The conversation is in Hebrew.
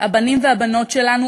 הבנים והבנות שלנו,